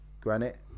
Granite